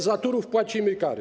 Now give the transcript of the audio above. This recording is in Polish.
Za Turów płacimy kary.